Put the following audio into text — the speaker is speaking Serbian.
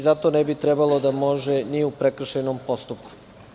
Zato ne bi trebalo da može ni u prekršajnom postupku.